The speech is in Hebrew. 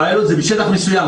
פיילוט זה בשטח מסוים.